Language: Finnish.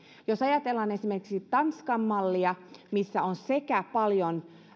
jos ajatellaan esimerkiksi tanskan mallia missä on sekä paljon